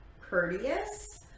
courteous